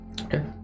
okay